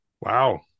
Wow